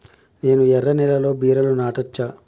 నేను ఎర్ర నేలలో బీరలు నాటచ్చా?